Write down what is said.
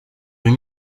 rues